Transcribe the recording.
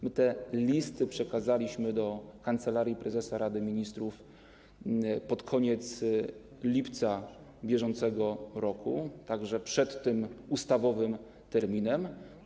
My te listy przekazaliśmy do Kancelarii Prezesa Rady Ministrów pod koniec lipca br., tak że przed tym ustawowym terminem.